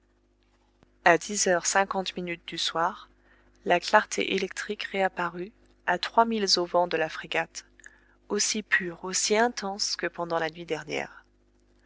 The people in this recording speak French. a dix heures cinquante minutes du soir la clarté électrique réapparut à trois milles au vent de la frégate aussi pure aussi intense que pendant la nuit dernière